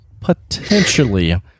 potentially